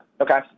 Okay